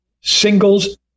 singles